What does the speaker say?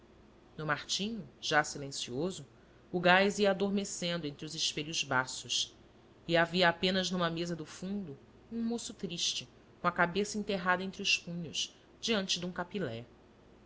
no martinho já silencioso o gás ia adormecendo entre os espelhos baços e havia apenas numa mesa do fundo um moço triste com a cabeça enterrada entre os punhos diante de um capilé